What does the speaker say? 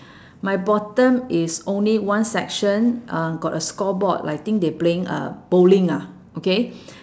my bottom is only one section um got a scoreboard I think they playing uh bowling ah okay